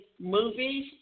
movies